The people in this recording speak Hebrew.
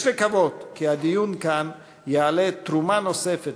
יש לקוות כי הדיון כאן יעלה תרומה נוספת